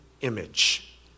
image